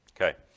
Okay